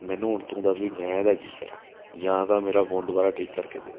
ਮੈਨੂੰ ਹੁਣ ਤੂੰ ਦੱਸ ਵੀ ਮੈਂ ਇਹਦਾ ਕੀ ਕਰਾਂ ਜਾਂ ਤਾਂ ਮੇਰਾ ਫੋਨ ਦੁਬਾਰਾ ਠੀਕ ਕਰਕੇ ਦੇ